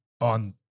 on